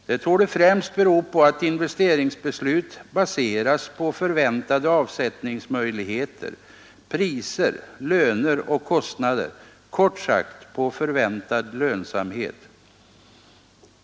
Det torde främst bero på att investeringsbeslut baseras på förvä ttningsmöjligheter, priser, löner och kostnader — kort sagt på förväntad lönsamhet.